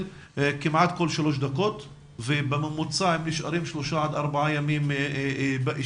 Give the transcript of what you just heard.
כמעט כל שלוש דקות ובממוצע הם נשארים שלושה עד ארבעה ימים באשפוז,